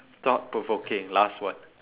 thought provoking last one